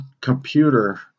computer